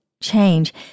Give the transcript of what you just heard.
change